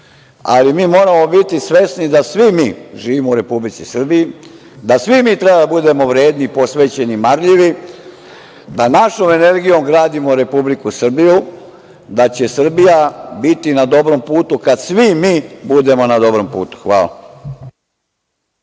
Ali, mi moramo biti svesni da svi mi živimo u Republici Srbiji, da svi mi treba da budemo vredni i posvećeni, marljivi, a našom energijom gradimo Republiku Srbiju, da će Srbija biti na dobrom putu kad svi mi budemo na dobrom putu. Hvala.